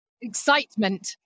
excitement